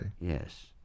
Yes